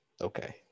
Okay